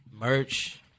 merch